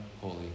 Holy